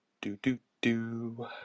Do-do-do